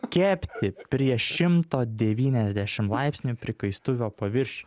kepti prieš šimto devyniasdešim laipsnių prikaistuvio paviršio